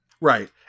Right